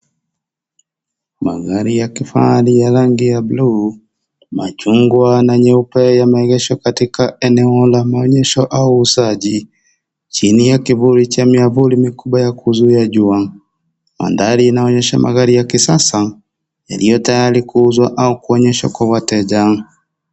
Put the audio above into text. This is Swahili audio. Manthari ya kifahari ya rangi ya buluu, machungwa na nyeupe yameegeshwa katika eneo la maonyesho au uuzaji. Chini ya kivuli cha miavuli mikubwa ya kuzuia jua. Manthari inaonyesha magari ya kisasa yaliyo tayari kuuzwa au kuonyeshwa kwa wateja.